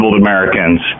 Americans